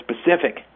specific